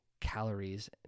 calories